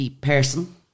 person